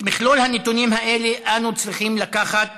את מכלול הנתונים האלה אנו צריכים לקחת